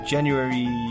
January